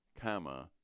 comma